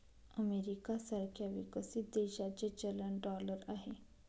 America सारख्या विकसित देशाचे चलन डॉलर आहे